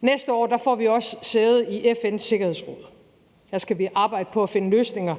Næste år får vi også sæde i FN's Sikkerhedsråd. Her skal vi arbejde på at finde løsninger